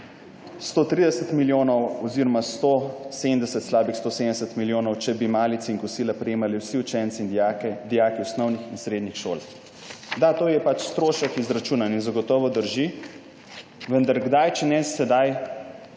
130 milijonov oziroma slabih 170 milijonov, če bi malice in kosila prejemali vsi učenci in dijaki osnovnih in srednjih šol.« Da, to je pač strošek izračuna, ki zagotovo drži, vendar kdaj, če ne sedaj,